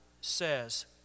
says